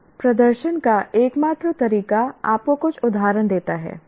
अब प्रदर्शन का एकमात्र तरीका आपको कुछ उदाहरण देता है